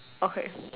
okay